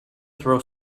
throw